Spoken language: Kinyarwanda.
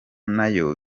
nayo